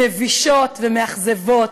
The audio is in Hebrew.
הן מבישות ומאכזבות.